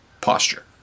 posture